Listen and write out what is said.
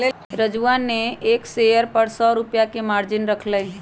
राजूवा ने एक शेयर पर सौ रुपया के मार्जिन रख लय